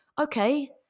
Okay